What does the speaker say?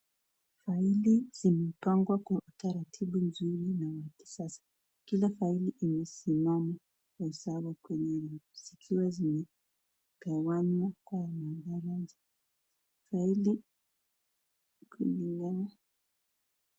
Faili zimepangwa kwa utaratibu mzuri na wa kisasa. Kila faili imesimama kwa usawa kwenye safu zikiwa zimegawanywa kwa magaraja. Faili kulingana